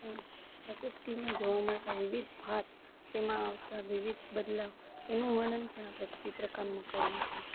અને પ્રકૃતિમાં જોવા મળતા વિવિધ ભાત તેમાં આવતા વિવિધ બદલાવ એનું વર્ણન પણ આપણે ચિત્રકામમાં કરીએ છીએ